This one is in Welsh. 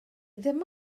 ddim